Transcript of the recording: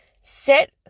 set